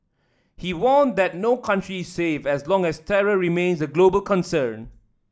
he warned that no country is safe as long as terror remains a global concern